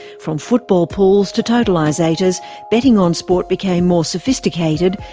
from football pools to totalisators, betting on sport became more sophisticated,